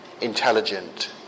intelligent